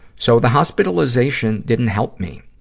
so the hospitalization didn't help me.